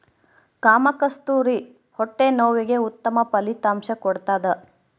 ಕಾಮಕಸ್ತೂರಿ ಹೊಟ್ಟೆ ನೋವಿಗೆ ಉತ್ತಮ ಫಲಿತಾಂಶ ಕೊಡ್ತಾದ